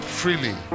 freely